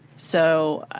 so,